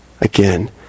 Again